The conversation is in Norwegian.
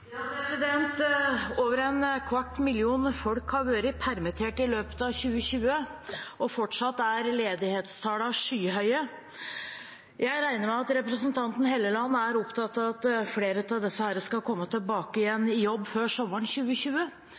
Over en kvart million mennesker har vært permittert i løpet av 2020, og fortsatt er ledighetstallene skyhøye. Jeg regner med at representanten Helleland er opptatt av at flere av disse skal komme tilbake i jobb før sommeren